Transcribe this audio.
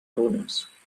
runes